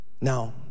Now